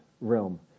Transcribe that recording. realm